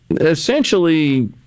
essentially